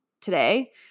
today